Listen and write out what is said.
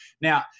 Now